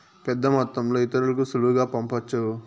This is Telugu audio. పెద్దమొత్తంలో ఇతరులకి సులువుగా పంపొచ్చు